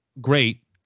great